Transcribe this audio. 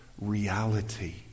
reality